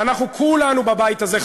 ואנחנו כולנו בבית הזה,